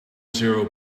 zero